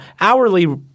hourly